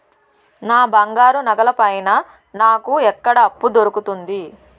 నా బంగారు నగల పైన నాకు ఎక్కడ అప్పు దొరుకుతుంది